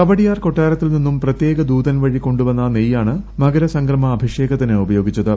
കവടിയാർ കൊട്ടാരത്തിൽ നിന്നും പ്രത്യേക ദൂതൻ വഴി കൊണ്ടു വന്ന നെയ്യാണ് മകര സംക്രമ അഭിഷേകത്തിന് ഉപയോഗിച്ചത്